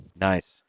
Nice